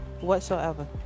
whatsoever